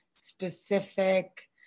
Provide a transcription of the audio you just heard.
specific